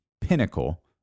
pinnacle